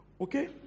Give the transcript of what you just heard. okay